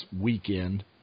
weekend